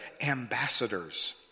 ambassadors